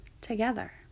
together